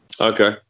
Okay